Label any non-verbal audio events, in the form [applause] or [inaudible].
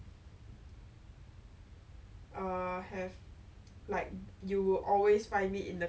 like working now [noise] like the weekends are so important then you think !wah! I sacrifice three years or weekends for what